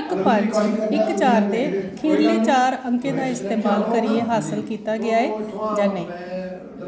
इक पंज इक चार दे खीरले चार अंकें दा इस्तेमाल करियै हासल कीता गेआ ऐ जां नेईं